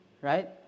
right